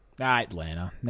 Atlanta